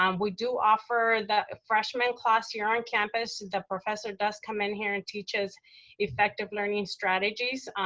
um we do offer that freshman class here on campus, the professor does come in here and teach us effective learning strategies,